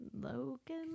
Logan